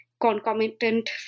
concomitant